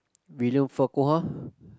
William-Farquhar